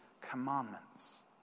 commandments